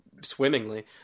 swimmingly